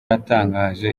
yatangaje